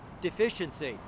deficiency